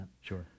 Sure